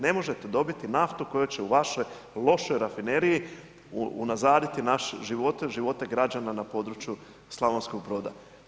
Ne možete dobiti naftu koja će u vašoj lošoj rafineriji unazaditi naše živote, živote građana na području Slavonskog Broda.